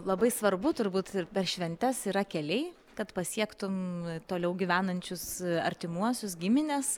labai svarbu turbūt ir per šventes yra keliai kad pasiektum toliau gyvenančius artimuosius gimines